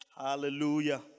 Hallelujah